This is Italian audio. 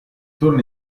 torna